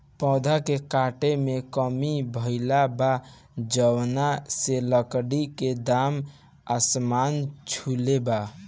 पेड़ के काटे में कमी भइल बा, जवना से लकड़ी के दाम आसमान छुले बा